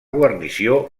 guarnició